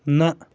نہ